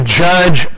judge